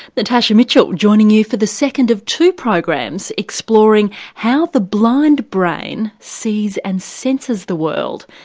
natasha mitchell joining you for the second of two programs exploring how the blind brain sees and senses the world.